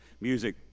music